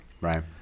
Right